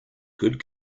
good